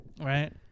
Right